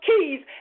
keys